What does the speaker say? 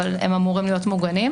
אבל הם אמורים להיות מוגנים.